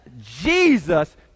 Jesus